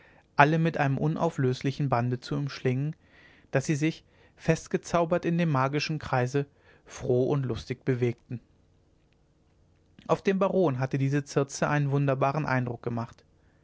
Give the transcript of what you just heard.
alle mit einem unauflöslichen bande zu umschlingen daß sie sich festgezaubert in dem magischen kreise froh und lustig bewegten auf den baron hatte diese circe einen wunderbaren eindruck gemacht